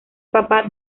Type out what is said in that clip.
papa